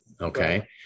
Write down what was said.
okay